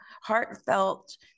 heartfelt